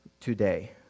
today